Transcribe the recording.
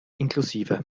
inklusive